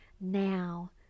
Now